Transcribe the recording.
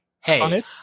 hey